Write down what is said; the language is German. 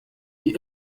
die